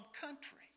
country